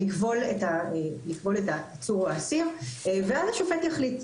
כפי שנאמר, השופט יחליט.